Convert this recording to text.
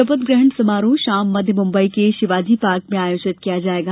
शपथ ग्रहण समारोह शाम मध्य मुंबई के शिवाजी पार्क में आयोजित किया जाएगा